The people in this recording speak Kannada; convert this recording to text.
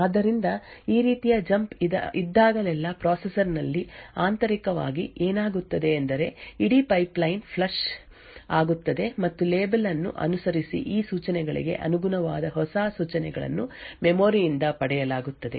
ಆದ್ದರಿಂದ ಈ ರೀತಿಯ ಜಂಪ್ ಇದ್ದಾಗಲೆಲ್ಲಾ ಪ್ರೊಸೆಸರ್ ನಲ್ಲಿ ಆಂತರಿಕವಾಗಿ ಏನಾಗುತ್ತದೆ ಎಂದರೆ ಇಡೀ ಪೈಪ್ಲೈನ್ ಫ್ಲಶ್ ಆಗುತ್ತದೆ ಮತ್ತು ಲೇಬಲ್ ಅನ್ನು ಅನುಸರಿಸಿ ಈ ಸೂಚನೆಗಳಿಗೆ ಅನುಗುಣವಾದ ಹೊಸ ಸೂಚನೆಗಳನ್ನು ಮೆಮೊರಿ ಯಿಂದ ಪಡೆಯಲಾಗುತ್ತದೆ